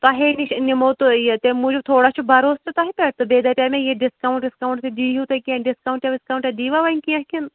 تۄہٕے نِش نِمَو تہِ تمہِ موجوٗب تھوڑا چھُ بَرۄسہٕ تہِ تۄہہِ پٮ۪ٹھ تہِ بیٚیہِ دَپے مےٚ یہِ ڈِسکَوٕنٹ وِسکوٕنٹ تہِ دیہو تُہۍ کیٚنٛہہ ڈِسکوٕنٹا وِسکوٕنٹا دیِوا وۄنۍ کیٚنٛہہ کِنہٕ